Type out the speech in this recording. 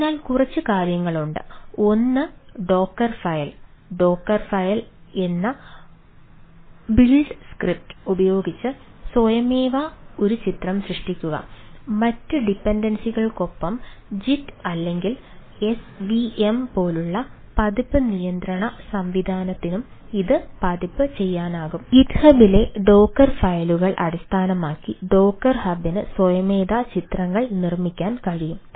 അതിനാൽ കുറച്ച് കാര്യങ്ങളുണ്ട് ഒന്ന് ഡോക്കർഫയൽ ഹബിന് സ്വയമേവ ചിത്രങ്ങൾ നിർമ്മിക്കാൻ കഴിയും